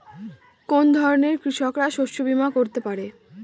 কোন ধরনের কৃষকরা শস্য বীমা করতে পারে?